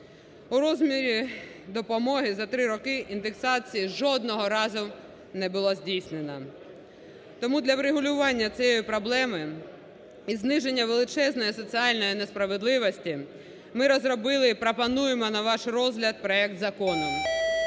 У розмірі допомоги за три роки індексації жодного разу не було здійснено. Тому для врегулювання цієї проблеми і зниження величезної соціальної несправедливості ми розробили і пропонуємо на ваш розгляд проект закону,